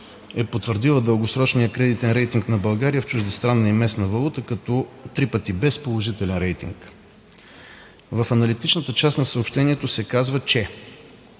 е потвърдила дългосрочния кредитен рейтинг на България в чуждестранна и местна валута като BBB с положителен рейтинг. В аналитичната част на съобщението се казва, че